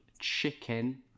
chicken